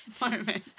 moment